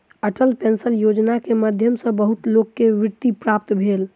Atal pension योजना के माध्यम सॅ बहुत लोक के वृत्ति प्राप्त भेल